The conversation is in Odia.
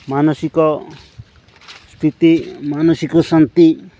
ମାନସିକ ସ୍ଥିତି ମାନସିକ ଶାନ୍ତି